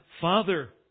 Father